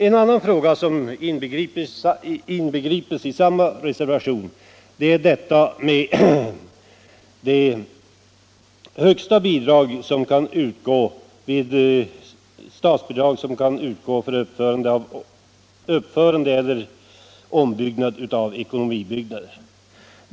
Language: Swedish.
En annan fråga som tas upp i en annan reservation gäller det högsta statsbidrag som kan utgå för uppförande eller ombyggnad av ekonomibyggnader.